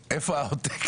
שירה והגות.